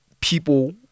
people